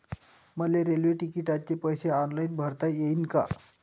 मले रेल्वे तिकिटाचे पैसे ऑनलाईन भरता येईन का?